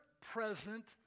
present